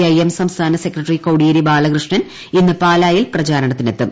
I M സംസ്ഥാന secretary Kodiyeri Balakrishnan ഇന്ന് പാലായിൽ പ്രചാരണത്തിനെത്തും